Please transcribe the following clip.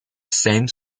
same